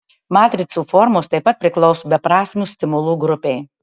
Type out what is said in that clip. matricų formos taip pat priklauso beprasmių stimulų grupei